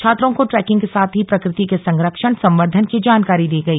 छात्रो को ट्रैकिंग के साथ ही प्रकृति के संरक्षण संवर्द्धन की जानकारी दी गई